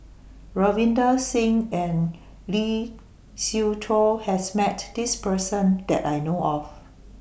Ravinder Singh and Lee Siew Choh has Met This Person that I know of